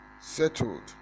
settled